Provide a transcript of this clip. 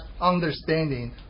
understanding